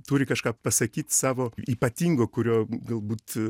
turi kažką pasakyt savo ypatingo kurio galbūt